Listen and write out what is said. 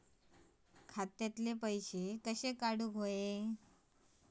खात्यातले पैसे कशे काडूचा?